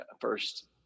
first